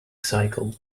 cycle